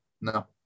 no